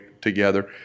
together